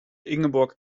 ingeborg